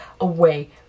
away